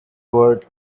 word